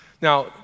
Now